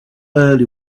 early